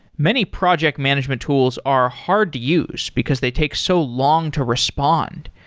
many project management tools are hard to use because they take so long to respond,